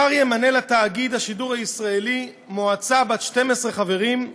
השר ימנה לתאגיד השידור הציבורי מועצה בת 12 חברים,